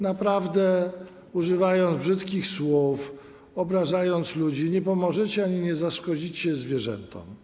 Naprawdę używając brzydkich słów, obrażając ludzi, nie pomożecie ani nie zaszkodzicie zwierzętom.